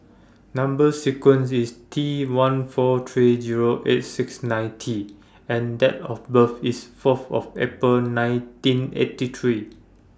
Number sequence IS T one four three Zero eight six nine T and Date of birth IS Fourth of April nineteen eighty three